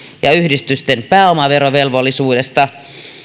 ja yhdistysten pääomaverovelvollisuudesta